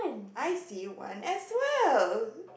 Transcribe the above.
I see one as well